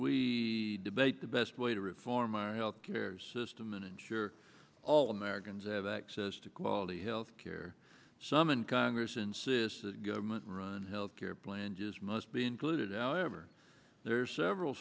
we debate the best way to reform our health care system and ensure all americans have access to quality health care some in congress insist that government run health care plans is must be included out ever there are several